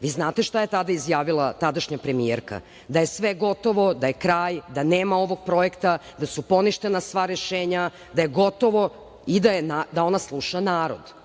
Vi znate šta je tada izjavila tadašnja premijerka – da je sve gotovo, da je kraj, da nema ovog projekta, da su poništena sva rešenja, da je gotovo i da ona sluša narod.